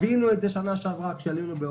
חווינו את זה בשנה שעברה שכעלינו באוגוסט,